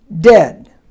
dead